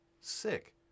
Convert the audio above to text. Sick